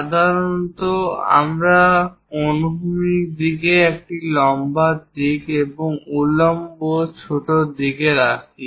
সাধারণত আমরা অনুভূমিক দিকে একটি লম্বা দিক এবং উল্লম্ব ছোট দিকে রাখি